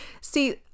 see